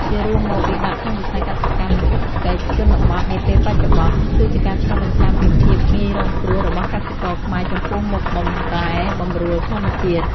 ជារួមមក វិបត្តិក្នុងវិស័យកសិកម្ម និងសេដ្ឋកិច្ចជនបទនាពេលបច្ចុប្បន្ន គឺជាការឆ្លុះបញ្ចាំងពីភាពងាយរងគ្រោះរបស់កសិករខ្មែរចំពោះមុខបម្រែបម្រួលធម្មជាតិ។